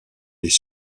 les